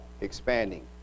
expanding